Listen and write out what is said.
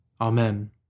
Amen